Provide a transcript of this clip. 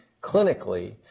clinically